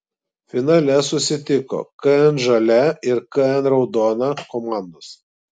finale susitiko kn žalia ir kn raudona komandos